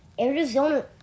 Arizona